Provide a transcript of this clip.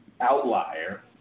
outlier